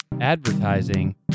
advertising